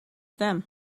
them